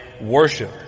worship